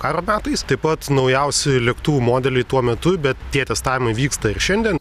karo metais taip pat naujausi lėktuvų modeliai tuo metu bet tie testavimai vyksta ir šiandien